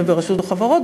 וברשות החברות,